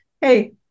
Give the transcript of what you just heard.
hey